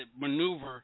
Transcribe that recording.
maneuver